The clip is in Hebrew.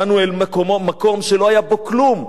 באנו אל מקום שלא היה בו כלום.